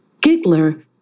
Giggler